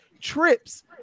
trips